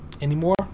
Anymore